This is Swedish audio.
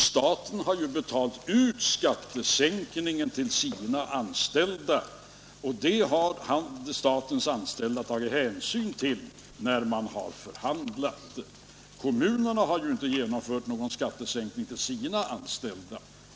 Staten har ju betalat ut skattesänkningen till sina anställda, och det har statens anställda tagit hänsyn till när de har förhandlat. Kommunerna har inte genomfört någon skattesänkning till sina anställda.